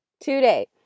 today